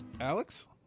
Alex